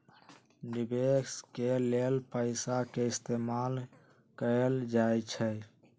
निवेश के लेल पैसा के इस्तमाल कएल जाई छई